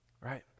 right